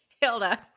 Hilda